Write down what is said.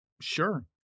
Sure